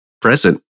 present